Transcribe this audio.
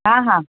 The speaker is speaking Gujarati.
હા હા